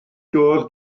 doedd